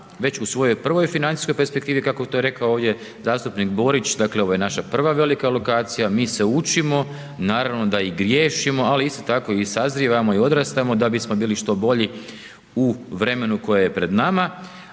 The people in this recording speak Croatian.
već u svojoj prvoj financijskoj perspektivi kako bi to rekao ovdje zastupnik Borić, dakle ovo je naša prva velika alokacija, mi se učimo, naravno da i griješimo ali isto tako i sazrijevamo i odrastamo da bismo bili što bolji u vremenu koje je pred nama